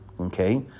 Okay